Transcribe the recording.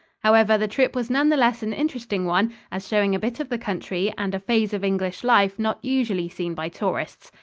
however, the trip was none the less an interesting one as showing a bit of the country and a phase of english life not usually seen by tourists.